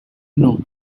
know